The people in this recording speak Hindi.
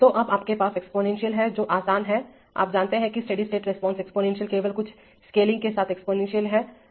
तो अब आपके पास एक्सपोनेंशियल है जो आसान है आप जानते हैं कि स्टेडी स्टेट रिस्पांस एक्सपोनेंशियल केवल कुछ स्केलिंग के साथ एक्सपोनेंशियल है